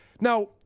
Now